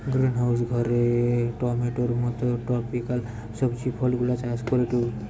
greenhouse ঘরে টমেটোর মত ট্রপিকাল সবজি ফলগুলা চাষ করিটু